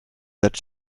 that